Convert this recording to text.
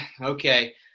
okay